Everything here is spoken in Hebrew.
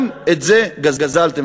גם את זה גזלתם.